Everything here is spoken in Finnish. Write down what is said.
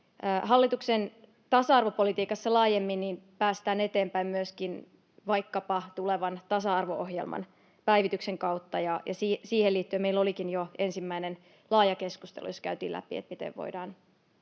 Hallituksen tasa-arvopolitiikassa laajemmin päästään eteenpäin myöskin vaikkapa tulevan tasa-arvo-ohjelman päivityksen kautta, ja siihen liittyen meillä olikin jo ensimmäinen laaja keskustelu, jossa käytiin läpi sitä, miten voidaan